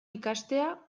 ikastea